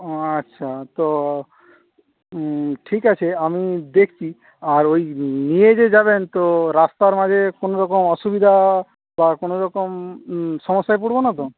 ও আচ্ছা তো ঠিক আছে আমি দেখছি আর ওই নিয়ে যে যাবেন তো রাস্তার মাঝে কোনোরকম অসুবিধা বা কোনোরকম সমস্যায় পরবো না তো